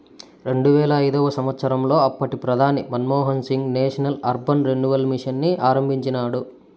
రెండువేల ఐదవ సంవచ్చరంలో అప్పటి ప్రధాని Manmohan Singh national urban renewal mission ని ఆరంభించినాడు